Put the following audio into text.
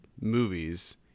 movies